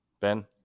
Ben